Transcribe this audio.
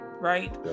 right